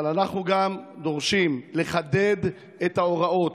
אבל אנחנו גם דורשים לחדד את ההוראות: